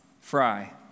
fry